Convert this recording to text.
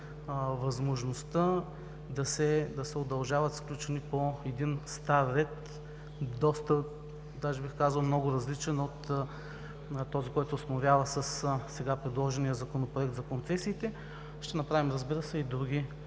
възможността да се удължават сключени по един стар ред доста, даже бих казал, много различен от този, който се установява със сега предложения Законопроект за концесиите. Ще направим, разбира се, и други